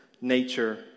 nature